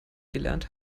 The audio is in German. gelernt